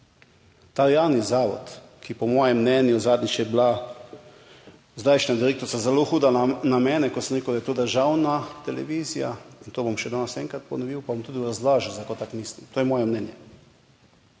ta javni zavod, ki po mojem mnenju, zadnjič je bila zdajšnja direktorica zelo huda na mene, ko sem rekel, da je to državna televizija in to bom še danes enkrat ponovil, pa bom tudi razložil, zakaj tako mislim, to je moje mnenje,